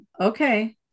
Okay